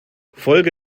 folge